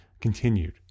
continued